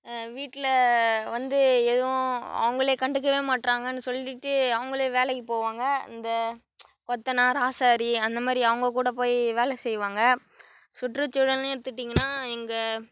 வீட்டில வந்து எதுவும் அவங்கள கண்டுக்கவே மாட்டுறாங்கன்னு சொல்லிவிட்டு அவங்களே வேலைக்குப் போவாங்க இந்த கொத்தனார் ஆசாரி அந்த மாதிரி அவங்கக் கூட போய் வேலை செய்வாங்க சுற்றுச்சூழல்னு எடுத்துக்கிட்டீங்கன்னா எங்கள்